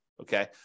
Okay